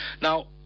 now